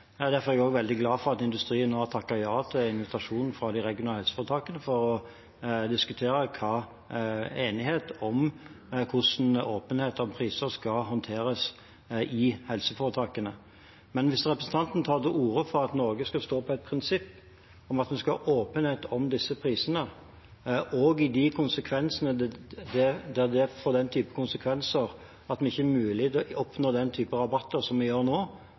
jeg også veldig glad for at industrien har takket ja til invitasjonen fra de regionale helseforetakene om å diskutere enighet om hvordan åpenhet om priser skal håndteres i helseforetakene. Men hvis representanten tar til orde for at Norge skal stå på et prinsipp om at man skal ha åpenhet om disse prisene, også der det får den typen konsekvenser at det ikke er mulig for oss å oppnå den typen rabatter som vi får nå,